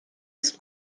ist